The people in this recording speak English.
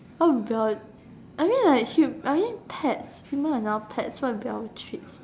what would our I mean like hum~ I mean pets human are now pets so what would be our treats